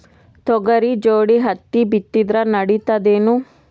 ತೊಗರಿ ಜೋಡಿ ಹತ್ತಿ ಬಿತ್ತಿದ್ರ ನಡಿತದೇನು?